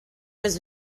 was